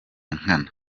nkana